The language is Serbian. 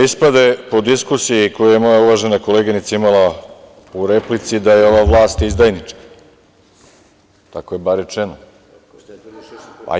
Ispade po diskusiji koju je moja uvažena koleginica imala u replici da je ova vlast izdajnička, tako je bar rečeno.